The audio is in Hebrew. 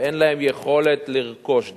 ואין להם יכולת לרכוש דירה.